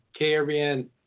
KRBN